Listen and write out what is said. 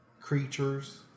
creatures